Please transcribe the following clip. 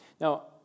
Now